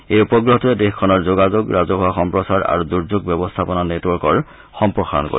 এই উপগ্ৰহটোৱে দেশখনৰ যোগাযোগ ৰাজহুৱা সম্প্ৰচাৰ আৰু দুৰ্যোগ ব্যৱস্থাপনা নেটৱৰ্কৰ সম্প্ৰসাৰণ ঘটাব